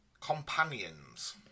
companions